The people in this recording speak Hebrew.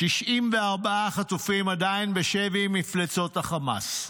94 חטופים עדיין בשבי מפלצות החמאס.